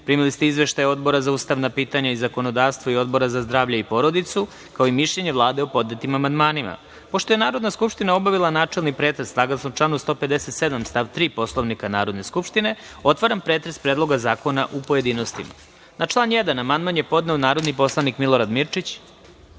ste izveštaje Odbora za ustavna pitanja i zakonodavstvo i Odbora za zdravlje i porodicu, kao i mišljenje Vlade o podnetim amandmanima. Pošto je Narodna Skupština obavila načelni pretres, saglasno članu 157. stav 3. Poslovnika Narodne Skupštine, otvaram pretres Predloga zakona u pojedinostima. Na član 1. amandman je podneo narodni poslanik Milorad